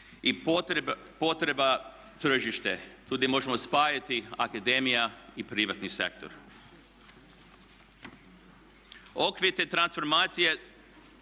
i potreba tržište. Tu gdje možemo spajati akademija i privatni sektor. Okvir te transformacije